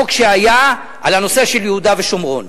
בחוק שהיה על הנושא של יהודה ושומרון.